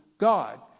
God